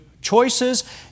choices